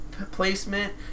placement